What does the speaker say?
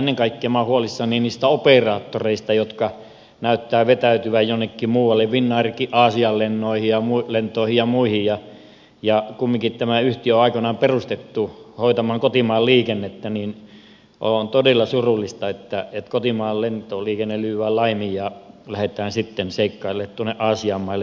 ennen kaikkea minä olen huolissani niistä operaattoreista jotka näyttävät vetäytyvän jonnekin muualle finnairkin aasian lentoihin ja muihin ja kun kumminkin tämä yhtiö on aikoinaan perustettu hoitamaan kotimaan liikennettä niin on todella surullista että kotimaan lentoliikenne lyödään laimin ja lähdetään sitten seikkailemaan tuonne aasian maille